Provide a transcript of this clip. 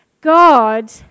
God